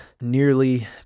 nearly